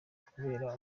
kubera